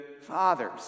fathers